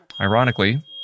ironically